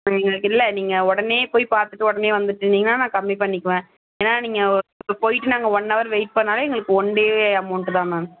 எங்களுக்கு இல்லை நீங்கள் உடனே போய் பார்த்துட்டு உடனே வந்துட்டீங்கன்னால் நான் கம்மி பண்ணிக்குவேன் ஏன்னால் நீங்கள் போயிட்டு நாங்கள் ஒன்னவர் வெயிட் பண்ணிணாலே எங்களுக்கு ஒன் டே அமௌன்ட் தான் மேம்